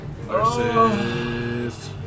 Versus